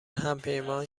همپیمان